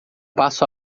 passo